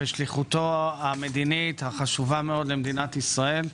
בשליחותו המדינית החשובה מאוד למדינת ישראל,